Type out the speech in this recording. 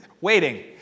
waiting